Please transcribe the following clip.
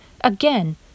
Again